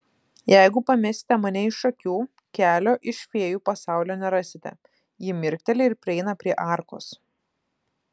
jeigu pamesite mane iš akių kelio iš fėjų pasaulio nerasite ji mirkteli ir prieina prie arkos